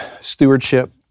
stewardship